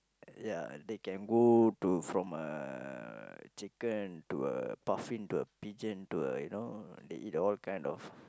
ya they can go to from a chicken to a puffin to a pigeon to a you know they eat all kind of